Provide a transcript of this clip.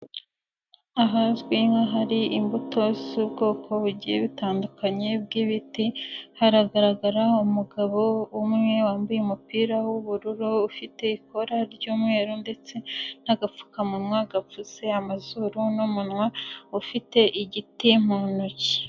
Ahazwi nka hari imbuto z'ubwoko bugiye butandukanye bw'ibiti, haragaragaraho umugabo umwe wambaye umupira w'ubururu ufite ikora ry'umweru ndetse n'agapfukamunwa gapfutse amazuru n'umunwa, ufite igiti mu ntoki.